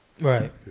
Right